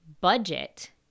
budget